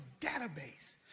database